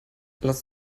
lass